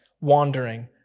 wandering